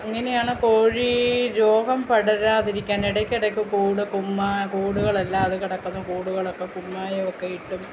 അങ്ങനെയാണ് കോഴീ രോഗം പടരാതിരിക്കാൻ ഇടക്കിടക്ക് കൂട് കുമ്മാ കൂടുകളല്ലാതെ കിടക്കുന്നു കൂടുകളൊക്കെ കുമ്മായമൊക്കെ ഇട്ടും